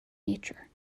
nature